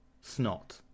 snot